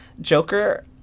Joker